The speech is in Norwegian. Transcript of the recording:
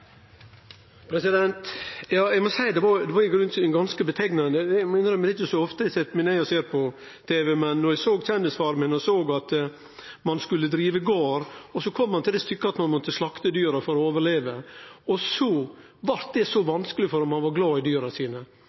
Eg må seie at det i grunnen var ganske illustrerande: Eg må innrømme at det er ikkje så ofte eg set meg ned og ser på tv, men då eg såg på Kjendis-Farmen at ein skulle drive gard, og ein så kom til det stykket då ein måtte slakte dyra for å overleve, og det blei så vanskeleg fordi ein var glad i dyra sine,